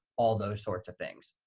all those sorts of things.